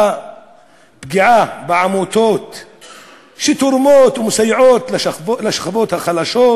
בפגיעה בעמותות שתורמות ומסייעות לשכבות החלשות,